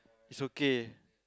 it's okay